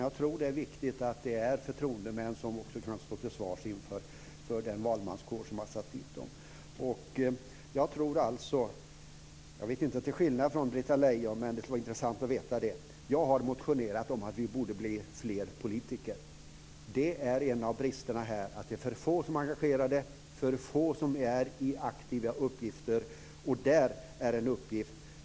Jag tror att det är viktigt att det är förtroendemän som kan stå till svars inför den valmanskår som har satt dit dem. Jag har - jag tror till skillnad från Britta Lejon, men det skulle vara intressant att veta det - motionerat om att vi borde bli fler politiker. Det är en av bristerna att det är för få som är engagerade, för få som är i aktiva uppgifter.